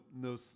no